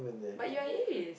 but you are as